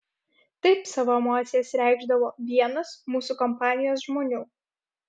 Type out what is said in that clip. taip savo emocijas reikšdavo vienas mūsų kompanijos žmonių